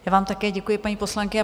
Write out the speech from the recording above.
Já vám také děkuji, paní poslankyně.